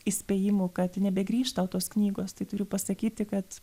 įspėjimų kad nebegrįš tau tos knygos tai turiu pasakyti kad